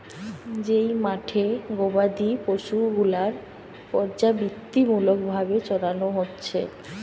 যেই মাঠে গোবাদি পশু গুলার পর্যাবৃত্তিমূলক ভাবে চরানো হচ্ছে